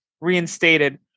reinstated